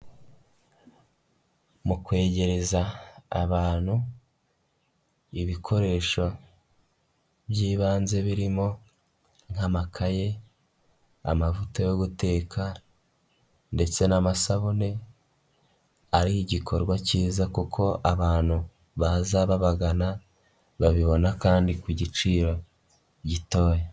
Mu kwegereza abantu, ibikoresho by'ibanze, birimo nk'amakaye, amavuta yo guteka ndetse n'amasabune, ari igikorwa cyiza kuko abantu baza babagana, babibona kandi ku giciro, gitoya.